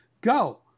go